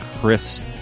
Chris